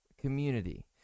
Community